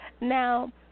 Now